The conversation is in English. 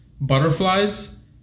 butterflies